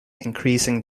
increasing